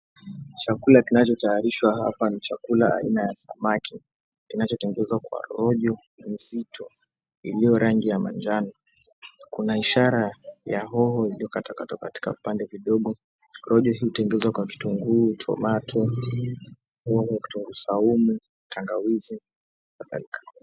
Chakula kinachotayarishwa hapa ni chakula aina ya samaki kinachotengenezwa kwa rojo nzito iliyo rangi ya manjano. Kuna ishara ya hoho iliyokatwa katwa katika vipande vidogo. Rojo hii imetengenezwa kwa vitunguu, tomato, hoho, kitunguu saumu, tangawizi na kadhalika.